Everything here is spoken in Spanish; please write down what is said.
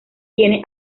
tiene